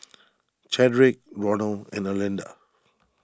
Chadrick Ronal and Erlinda